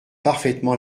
parfaitement